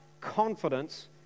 confidence